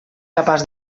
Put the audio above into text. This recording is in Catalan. capaç